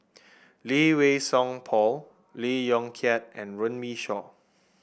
Lee Wei Song Paul Lee Yong Kiat and Runme Shaw